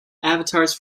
avatars